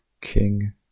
King